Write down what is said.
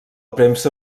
premsa